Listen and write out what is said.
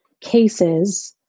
cases